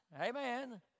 Amen